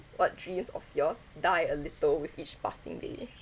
what dreams of yours die a little with each passing day